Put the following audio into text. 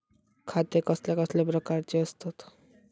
खाते कसल्या कसल्या प्रकारची असतत?